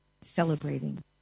celebrating